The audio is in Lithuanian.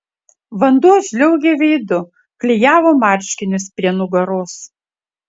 vanduo žliaugė veidu klijavo marškinius prie nugaros